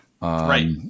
right